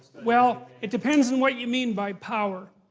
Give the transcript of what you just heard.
well, it depends on what you mean by power,